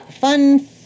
fun